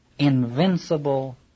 invincible